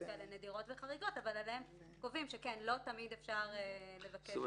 נדירות וחריגות אבל עדיין קובעים שלא תמיד אפשר לבקש.